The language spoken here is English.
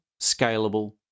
scalable